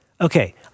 okay